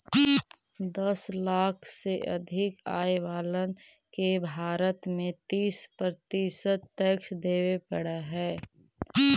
दस लाख से अधिक आय वालन के भारत में तीस प्रतिशत टैक्स देवे पड़ऽ हई